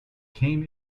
came